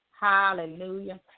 Hallelujah